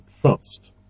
trust